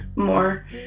more